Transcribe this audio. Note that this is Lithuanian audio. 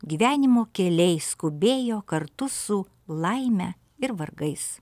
gyvenimo keliai skubėjo kartu su laime ir vargais